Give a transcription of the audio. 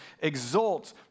exult